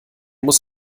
muss